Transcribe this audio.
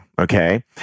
Okay